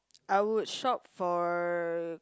I would shop for